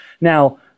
Now